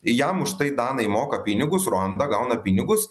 jam už tai danai moka pinigus ruanda gauna pinigus